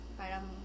parang